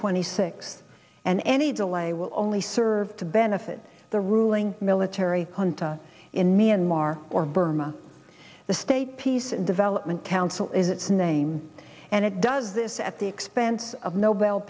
twenty sixth and any delay will only serve to benefit the ruling military junta in myanmar or burma the state peace and development council is its name and it does this at the expense of nobel